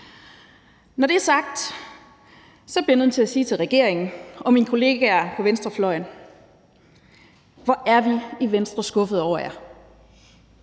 Når det er sagt, bliver jeg nødt til at sige til regeringen og mine kolleger på venstrefløjen: Hvor er vi i Venstre skuffede over jer.